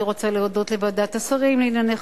אני רוצה להודות לוועדת השרים לענייני חקיקה.